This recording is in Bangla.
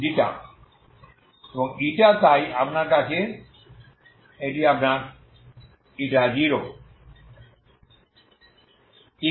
η তাই আপনার কাছে এটি এই আপনার0ইকুয়াল